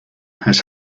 has